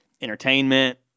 entertainment